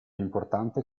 importante